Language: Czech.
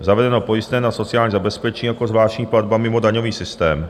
Zavedeno pojistné na sociální zabezpečení jako zvláštní platba mimo daňový systém.